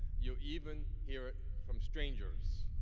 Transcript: you even hear it from strangers.